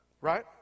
Right